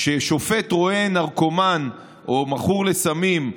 כששופט רואה נרקומן או מכור לסמים,